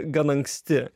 gan anksti